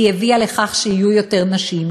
היא הביאה לכך שיהיו יותר נשים,